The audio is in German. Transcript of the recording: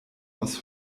aus